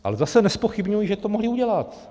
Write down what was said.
Ale zase nezpochybňuji, že to mohli udělat.